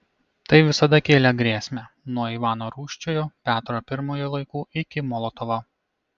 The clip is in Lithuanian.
tai visada kėlė grėsmę nuo ivano rūsčiojo petro pirmojo laikų iki molotovo